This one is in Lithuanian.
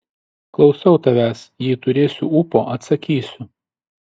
klausau tavęs jei turėsiu ūpo atsakysiu